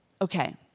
Okay